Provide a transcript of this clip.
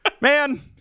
Man